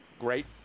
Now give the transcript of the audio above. Great